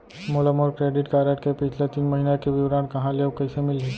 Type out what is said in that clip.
मोला मोर credit card के पिछला तीन महीना के विवरण कहाँ ले अऊ कइसे मिलही?